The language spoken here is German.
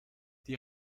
die